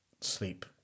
Sleep